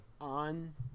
on